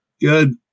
Good